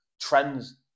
trends